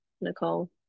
Nicole